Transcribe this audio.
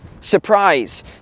surprise